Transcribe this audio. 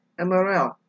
MRL